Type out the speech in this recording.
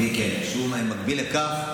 כן, הוא מקביל לכך.